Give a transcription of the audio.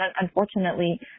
unfortunately